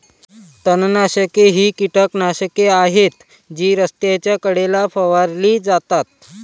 तणनाशके ही कीटकनाशके आहेत जी रस्त्याच्या कडेला फवारली जातात